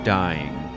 dying